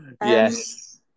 Yes